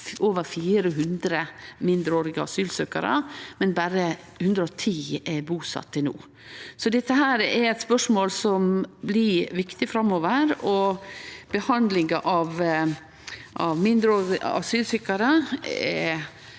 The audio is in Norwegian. over 400 mindreårige asylsøkjarar, men berre 110 er busette til no. Dette er eit spørsmål som blir viktig framover, og behandlinga av mindreårige asylsøkjarar